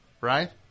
Right